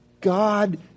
God